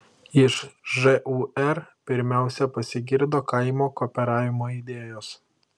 iš žūr pirmiausia pasigirdo kaimo kooperavimo idėjos